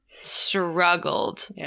Struggled